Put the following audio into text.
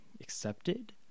accepted